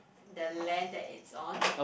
the land that is on